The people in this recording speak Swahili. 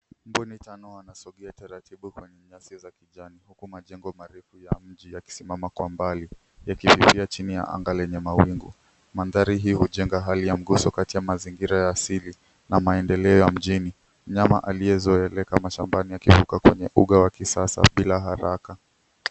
Mbuni tano wanasongea taratibu kwenye nyasi za kijani huku majengo marefu ya mji yakisimama kwa mbali. Yakififia chini ya anga lenye mawingu. Mandhari hii hujenga hali ya nguzo kati ya mazingira ya asili na maendeleo ya mjini. Mnyama anayezoeleka mashambani akivuka kwenye uga la kisasa bila haraka.